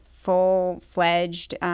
full-fledged